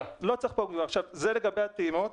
זה לגבי הטעימות.